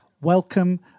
welcome